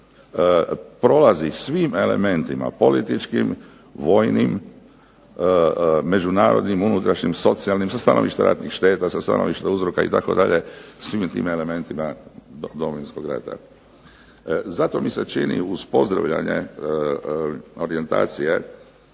prolazi svim elementima političkim, vojnim, međunarodnim, unutrašnjim, socijalnim, sa stanovišta ratnih šteta, sa stanovišta uzroka itd., svim je tim elementima Domovinskog rata. Zato mi se čini uz pozdravljanje orijentacije